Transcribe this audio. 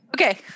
Okay